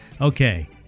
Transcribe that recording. Okay